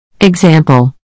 Example